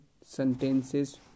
sentences